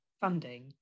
funding